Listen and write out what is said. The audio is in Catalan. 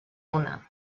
una